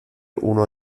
uno